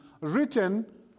written